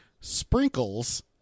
sprinkles